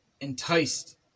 enticed